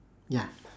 ya